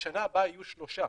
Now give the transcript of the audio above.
בשנה הבאה יהיו שלושה,